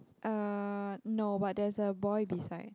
uh no but there's a boy beside